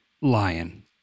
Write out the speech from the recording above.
Lion